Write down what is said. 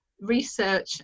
research